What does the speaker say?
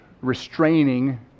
restraining